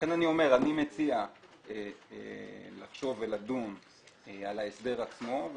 לכן אני אומר שאני מציע לחשוב ולדון על ההסדר עצמו.